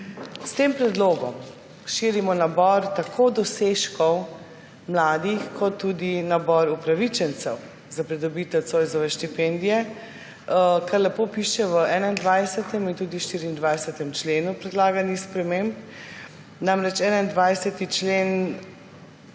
S tem predlogom širimo nabor tako dosežkov mladih kot tudi nabor upravičencev za pridobitev Zoisove štipendije, kar lepo piše v 21. in tudi 24. členu predlaganih sprememb. 21. člen